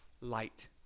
light